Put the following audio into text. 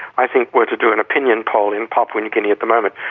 i think, were to do an opinion poll in papua new guinea at the moment,